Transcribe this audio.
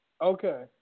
Okay